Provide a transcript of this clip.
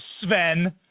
Sven